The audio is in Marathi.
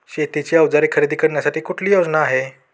शेतीची अवजारे खरेदी करण्यासाठी कुठली योजना आहे?